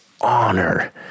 honor